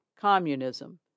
communism